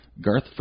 Garth